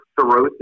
cirrhosis